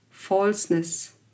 Falseness